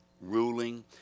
ruling